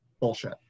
bullshit